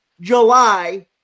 July